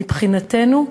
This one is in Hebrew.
מבחינתנו,